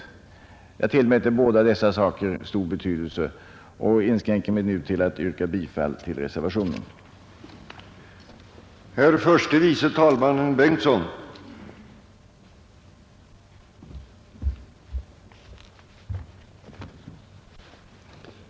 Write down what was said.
Jag tillmäter båda dessa saker stor betydelse och yrkar bifall till reservationen 2.